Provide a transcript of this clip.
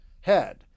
head